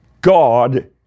God